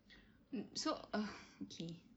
um so uh okay